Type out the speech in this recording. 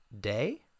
day